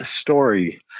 story